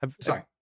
sorry